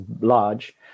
large